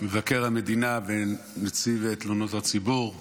מבקר המדינה ונציב תלונות הציבור וצוותו,